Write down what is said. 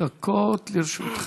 דקות לרשותך.